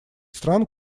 стран